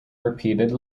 repeated